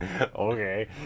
Okay